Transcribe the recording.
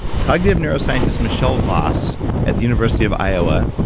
cognitive neuroscientist michelle voss at the university of iowa,